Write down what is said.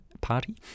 Party